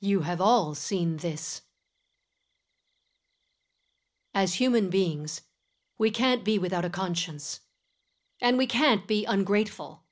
you have all seen this as human beings we can't be without a conscience and we can't be ungrateful